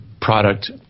product